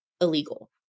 illegal